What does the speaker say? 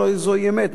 אלא זוהי אמת,